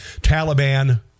Taliban